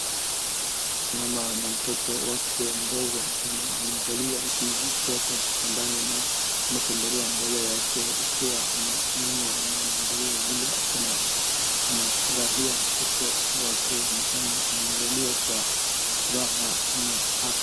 Mama na mtoto wake mdogo ni kama amezaliwa hivi akiwa kwa kitandani na kuna chandarua mbele yake ikiwa ana nyonywa ama anaangalia vile akona anafurahia mtoto wake ni kama amezaliwa kwa furaha na afya.